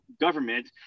government